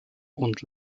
und